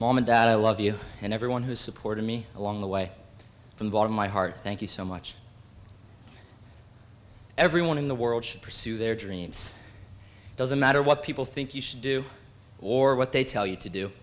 mom and dad i love you and everyone who supported me along the way from my heart thank you so much everyone in the world should pursue their dreams it doesn't matter what people think you should do or what they tell you to do